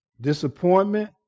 disappointment